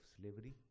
slavery